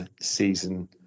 season